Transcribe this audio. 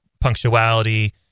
punctuality